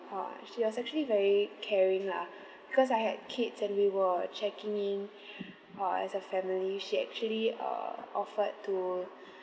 uh she was actually very caring lah because I had kids and we were checking in uh as a family she actually err offered to